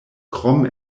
krom